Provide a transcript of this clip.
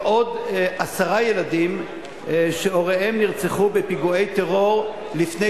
ועוד עשרה ילדים שהוריהם נרצחו בפיגועי טרור לפני